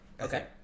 Okay